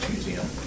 Museum